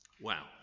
Wow